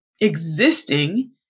existing